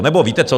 Nebo víte co?